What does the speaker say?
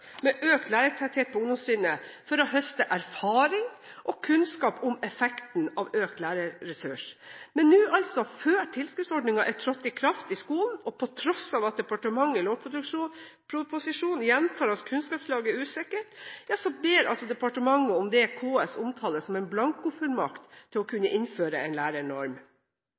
med økt lærertetthet på ungdomstrinnet for å høste erfaring og kunnskap om effekten av økt lærerressurs. Men nå, altså før tilskuddsordningen er trådt i kraft i skolen og på tross av at departementet i lovproposisjonen gjentar at kunnskapsgrunnlaget er usikkert, ber departementet om det KS omtaler som en blankofullmakt til å kunne innføre en lærernorm.